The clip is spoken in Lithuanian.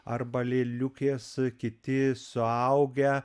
arba lėliukės kiti suaugę